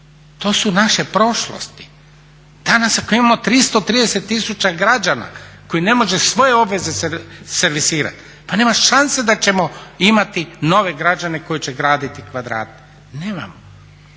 to su naše prošlosti. Danas ako imamo 330 tisuća građana koji ne mogu svoje obveze servisirati pa nema šanse da ćemo imati nove građane koji će graditi kvadrate, nemamo.